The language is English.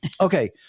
Okay